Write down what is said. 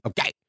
okay